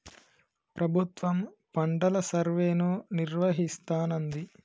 ప్రభుత్వం పంటల సర్వేను నిర్వహిస్తానంది